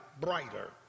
brighter